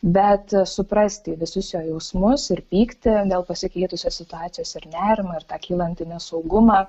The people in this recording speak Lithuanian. bet suprasti visus jo jausmus ir pyktį dėl pasikeitusios situacijos ir nerimą ir tą kylantį nesaugumą